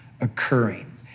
occurring